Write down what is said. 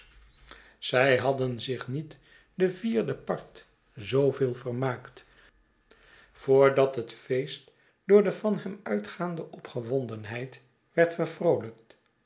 zij hadden zich niet de vierde part zooveel vermaakt voordat het feest door de van hem uitgaande opgewondenheid werd